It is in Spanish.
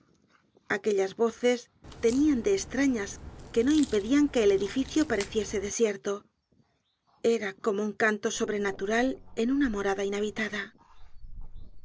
aquellas voces tenian de estrañas que no impedian que el edificio pareciese desierto era como un canto sobrenatural en una morada inhabitada